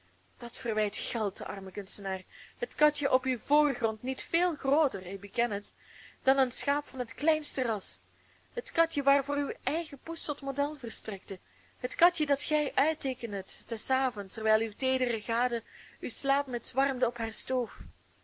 dat verwijt geldt arme kunstenaar het katjen op uw voorgrond niet veel grooter ik beken het dan een schaap van het kleinste ras het katje waarvoor uw eigen poes tot model verstrekte het katje dat gij uitteekendet des avonds terwijl uwe teedere gade uw slaapmuts warmde op haar stoof